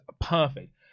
perfect